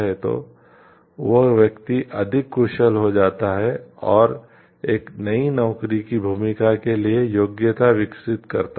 तो वह व्यक्ति अधिक कुशल हो जाता है और एक नई नौकरी की भूमिका के लिए योग्यता विकसित करता है